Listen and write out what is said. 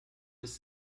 miss